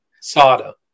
Sada